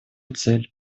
цель